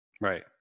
Right